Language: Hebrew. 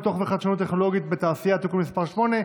פיתוח וחדשנות טכנולוגית בתעשייה (תיקון מס' 8),